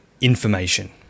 information